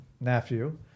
nephew